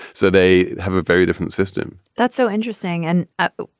so they have a very different system that's so interesting. and app.